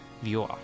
viewer